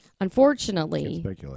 unfortunately